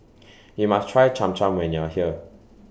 YOU must Try Cham Cham when YOU Are here